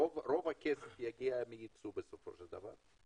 רוב הכסף יגיע מייצוא בסופו של דבר.